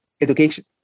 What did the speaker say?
education